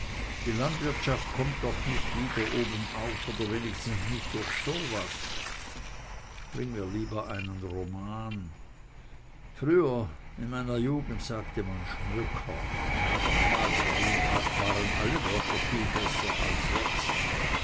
die landwirtschaft kommt doch nicht wieder obenauf oder wenigstens nicht durch so was bringe mir lieber einen roman früher in meiner jugend sagte man schmöker ja damals waren alle wörter viel besser als jetzt